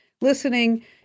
listening